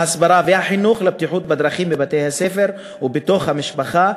ההסברה והחינוך לבטיחות בדרכים בבתי-הספר ובתוך המשפחה,